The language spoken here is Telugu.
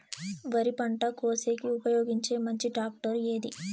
వరి పంట కోసేకి ఉపయోగించే మంచి టాక్టర్ ఏది?